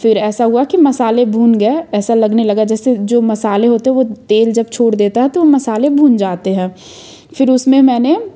फिर ऐसा हुआ कि मसाले भून गए ऐसा लगने लगा जैसे जो मसाले होते हैं वो तेल जब छोड़ देता है तो वो मसाले भून जाते हैं फिर उसमें मैंने